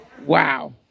Wow